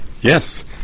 Yes